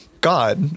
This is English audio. God